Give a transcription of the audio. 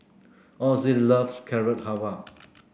Azzie loves Carrot Halwa